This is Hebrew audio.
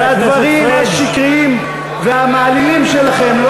והדברים השקריים והמעלילים שלכם לא